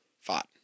Fought